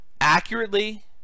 accurately